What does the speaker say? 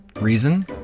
Reason